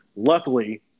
Luckily